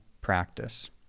practice